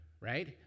right